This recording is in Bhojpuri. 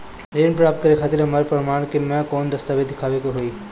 ऋण प्राप्त करे खातिर हमरा प्रमाण के रूप में कौन दस्तावेज़ दिखावे के होई?